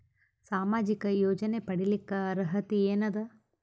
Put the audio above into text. ಸಾಮಾಜಿಕ ಯೋಜನೆ ಪಡಿಲಿಕ್ಕ ಅರ್ಹತಿ ಎನದ?